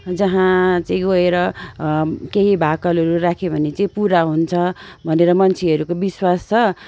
जहाँ चाहिँ गएर केही भाकलहरू राख्यो भने चाहिँ पुरा हुन्छ भनेर मान्छेहरूको विश्वास छ